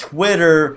Twitter